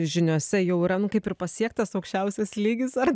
žiniose jau yra nu kaip ir pasiektas aukščiausias lygis ar